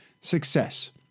success